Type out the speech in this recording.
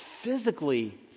physically